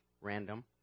random